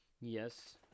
Yes